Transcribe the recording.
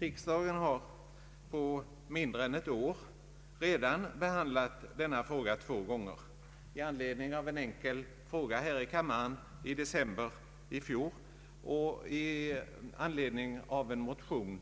Riksdagen har på mindre än ett år behandlat spörsmål rörande suppleanter i företagsnämnder två gånger, nämligen i anledning av en enkel fråga här i kammaren i fjol och i anledning av en motion